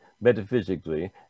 metaphysically